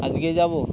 আজকে যাবো